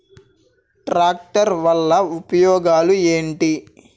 Tractor వల్ల ఉపయోగాలు ఏంటీ?